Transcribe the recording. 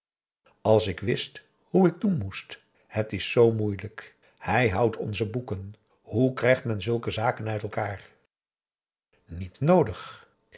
als ik wist hoe ik doen moest het is zoo moeilijk hij houdt onze boeken hoe krijgt men zulke zaken uit elkaar niet noodig